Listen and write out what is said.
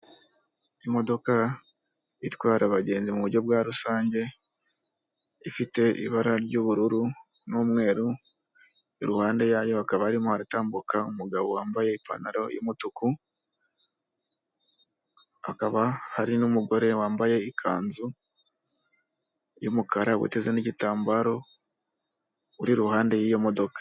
Imodoka itwara abagenzi mu buryo bwa rusange, ifite ibara ry'ubururu n'umweru, iruhande yayo hakaba harimo haratambuka umugabo wambaye ipantaro y'umutuku, hakaba hari n'umugore wambaye ikanzu y'umukara witeze n'igitambaro uri iruhande y'iyo modoka.